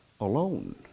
alone